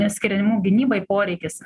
skiriamų gynybai poreikis